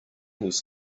was